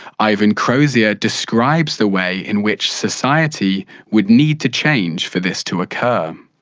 ivan crozier describes the way in which society would need to change for this to occur.